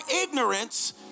ignorance